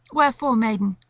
wherefore, maiden,